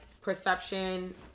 perception